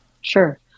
Sure